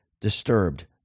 disturbed